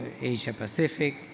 Asia-Pacific